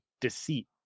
deceit